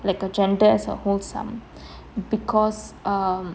like a gender as a wholes sum because uh